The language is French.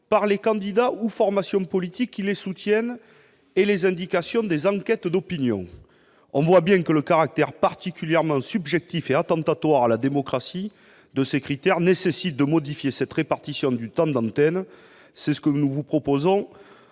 par les candidats ou « formations politiques » qui les soutiennent, d'une part, et les indications des « enquêtes d'opinion », d'autre part. On le voit bien, le caractère particulièrement subjectif et attentatoire à la démocratie de ces critères impose de modifier cette répartition du temps d'antenne ; c'est ce que nous proposerons